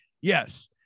yes